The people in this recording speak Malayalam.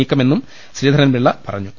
നീക്കമെന്നും ശ്രീധരൻപിള്ള പറഞ്ഞു